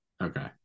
Okay